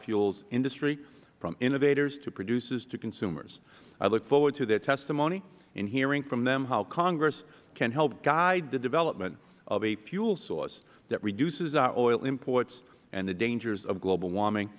biofuels industry from innovators to producers to consumers i look forward to their testimony in hearing from them how congress can help guide the development of a fuel source that reduces our oil imports and the dangers of global warming